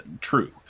true